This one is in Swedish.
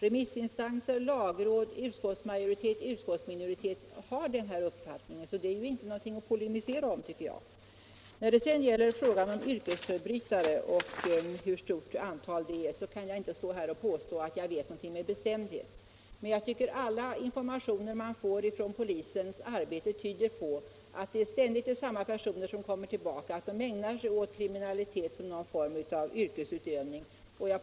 Remissinstanser, lagråd, utskottsmajoritet och utskottsminoritet har denna uppfattning. Det är därför ingenting att polemisera om. När det sedan gäller frågan om hur stort antalet yrkesförbrytare är kan jag inte säga att jag vet någonting om det med bestämdhet. Men jag tycker att alla informationer som man får från polisens arbete tyder på att det ständigt är samma personer som kommer tillbaka, att de ägnar sig åt kriminalitet som någon form av yrkesutövning.